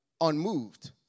unmoved